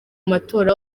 matora